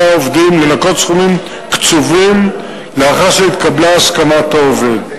העובדים לנכות סכומים קצובים לאחר שהתקבלה הסכמת העובד.